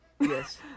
Yes